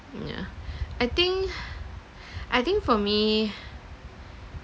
yeah I think I think for me